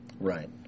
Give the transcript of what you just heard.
Right